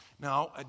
Now